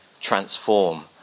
transform